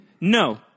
No